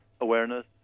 awareness